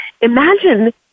Imagine